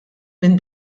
minn